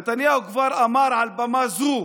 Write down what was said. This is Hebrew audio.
נתניהו כבר אמר מעל במה זו